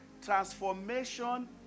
transformation